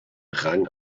rang